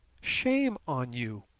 shame on you!